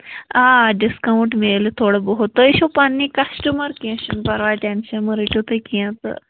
آ ڈِسکاوُنٹ میلہِ تھوڑا بہت تُہے چھُو پَنٛنی کَسٹَمَر کیٚنہہ چھُنہٕ پرواے ٹٮ۪نشَن مہٕ رٔٹِو تُہۍ کیٚنہہ تہٕ